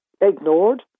ignored